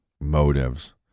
motives